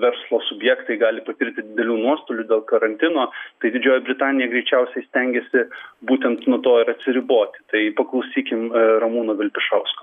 verslo subjektai gali patirti didelių nuostolių dėl karantino tai didžioji britanija greičiausiai stengiasi būtent nuo to ir atsiriboti tai paklausykim ramūno vilpišausko